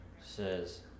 Says